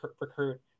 recruit